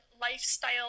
lifestyle